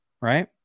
Right